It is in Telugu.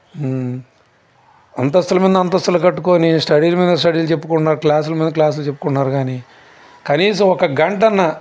అంతస్తుల మీద అంతస్తులు కట్టుకొని స్టడీల మీద స్టడీలు చెప్పుకుంటున్నారు కానీ క్లాసుల మీద క్లాసులు చెప్పుకుంటున్నారు కానీ కనీసం ఒక గంట అన్నా